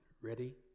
ready